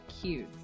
cute